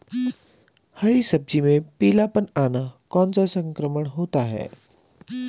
हरी सब्जी में पीलापन आना कौन सा संक्रमण होता है?